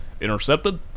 Intercepted